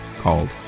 called